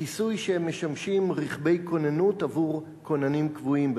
בכיסוי שהם משמשים "רכבי כוננות" עבור "כוננים קבועים".